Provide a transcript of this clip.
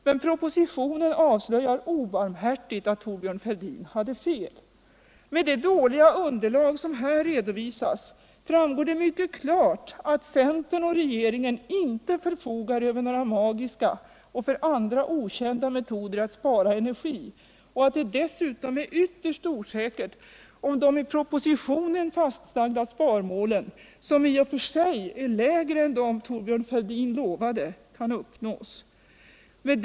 Men propositionen avslöjar obarmhärtigt att Thorbjörn Fälldin hade fel. Med det dåliga underlag som här redovisas framgår det mycket klart att centern och regeringen inte förfogar över några magiska och för andra okända metoder att spara energi samt att det dessutom är ytterst osäkert om de i propositionen fastställda sparmålen — som i och för sig är lägre än de som Thorbjörn Fälldin lovade skulle klaras — kan uppnås.